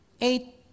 Eight